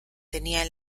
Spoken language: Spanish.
tenía